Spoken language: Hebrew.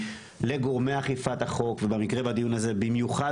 לגורמי אכיפת החוק ובמקרה בדיון הזה במיוחד